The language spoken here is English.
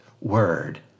word